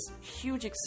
huge